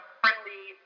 friendly